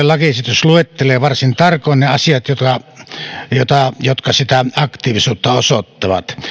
lakiesitys luettelee varsin tarkoin ne asiat jotka sitä aktiivisuutta osoittavat